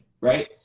right